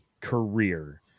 career